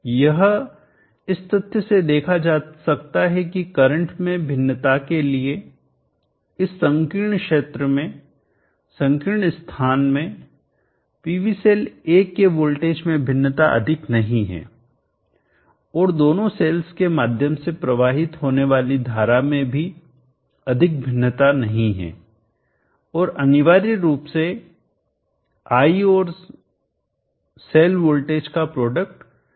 यह इस तथ्य से देखा जा सकता है कि करंट में भिन्नता के लिए इस संकीर्ण क्षेत्र में संकीर्ण स्थान में PV सेल 1 के वोल्टेज में भिन्नता अधिक नहीं है और दोनों सेल्स के माध्यम से प्रवाहित होने वाली धारा में भी अधिक भिन्नता नहीं है और अनिवार्य रूप से I करंट और सेल वोल्टेज का प्रोडक्ट स्थिर है